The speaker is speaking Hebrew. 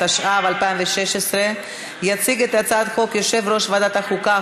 התשע"ו 2016. יציג את הצעת החוק יושב-ראש ועדת החוקה,